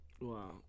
Wow